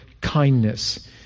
kindness